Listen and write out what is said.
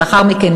שלאחר מכן,